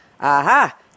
aha